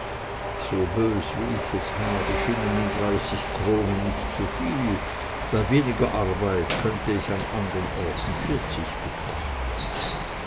so bös wie ich es habe schienen ihm dreißig kronen nicht zuviel bei weniger arbeit könnte ich an andern orten vierzig bekommen